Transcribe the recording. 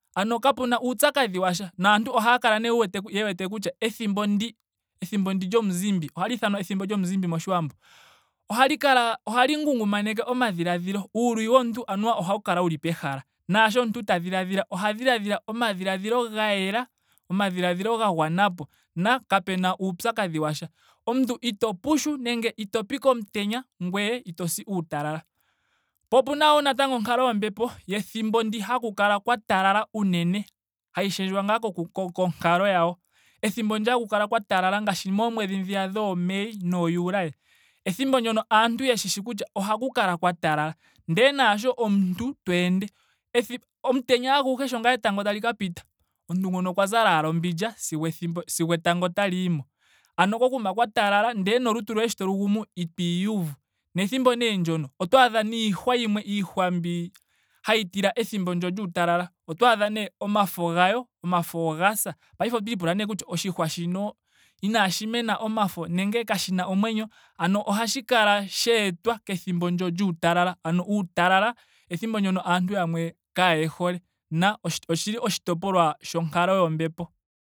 Ano kapuna uupyakadhi washa. naantu ohaa kala nee ye wete ye wete kutya ethimbo ndi. ethimbo ndi lyomuzimbi. ohali ithanwa ethimbo lyomuzimbi moshiwambo ohali kala ohali ngungumaneke omadhiladhilo. uuluyi womuntu anuwa ohawu kala wuli pehala. naasho omuntu ta dhiladhila. oha dhiladhila omadhiladhilo ga yela. omadhiladhilo ga gwanapo. na kapena uupyakadhi washa. Omuntu ito pushu nenge ito pi komutenya. ngweye ito shi uutalala. Po opena wo onkalo yombepo yethimbo ndi haku kala kwa talala unene. Hayi shendjwa ngaa konkalo yawo. Ethimbo ndi haku kala kwa talala ngaashi moomwedhi dhiya dhoo may noo july. ethimbo ndyono aantu yeshishi kutya ohaku kala kwa talala. Ndele naasho omuntu yo ende ethi omutenya aguhe sho ngaa etango tali ka pita. omuntu ngono okwa zala ashike ombindja sigo ethimbo sigo etango otali yimo. Ano kokuma kwa talala ndele nolutu loye sho to lu gumu ito iyuvu. Nethimbo nee ndyono oto adha niihwa yimwe. iihwa mbi hayi tila ethimbo ndyo lyuutalala. oto adha nee omafo gayo. omafo oga sa. paife ooto ipula nee kutya oshihwa shino inaashi mena omafo nenge kashina omwenyo. ano ohashi kala sheetwa kethimbo ndyo lyuutalala. ano uutalala ethimbo ndyo aantu yamwe kaaye hole na oshili oshitopolwa shonkalo yombepo